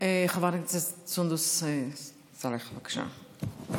חברת הכנסת סונדוס סאלח, בבקשה.